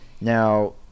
now